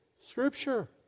Scripture